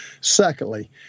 Secondly